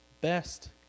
best